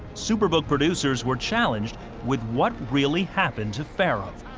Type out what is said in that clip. superbook producers were challenged with what really happened to pharaoh.